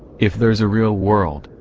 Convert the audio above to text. if there's a real world,